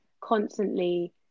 constantly